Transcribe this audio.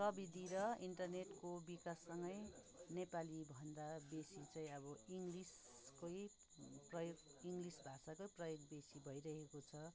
प्रविधि र इन्टरनेटको विकाससँगै नेपाली भन्दा बेसी चाहिँ अब इङ्ग्लिसकै प्रयोग इङ्ग्लिस भाषाकै प्रयोग बेसी भइरहेको छ